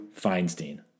Feinstein